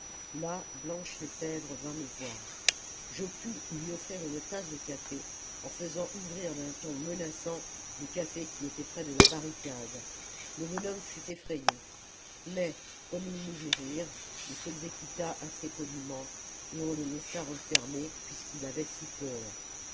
là blanche lefebvre vint me voir je pus lui offrir une tasse de café en faisant ouvrir d'un ton menaçant le café qui était près de la barricade le bonhomme fut effrayé mais comme il nous vit rire il s'exécuta assez poliment et on le laissa refermer puisqu'il avait si peur